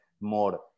more